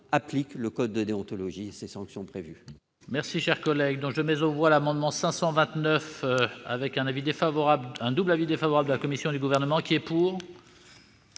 applique le code de déontologie et les sanctions qu'il